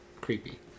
creepy